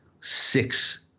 six